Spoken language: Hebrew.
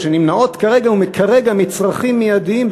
שנמנעות כרגע מצרכים מיידיים,